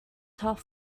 tough